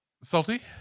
Salty